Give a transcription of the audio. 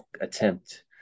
attempt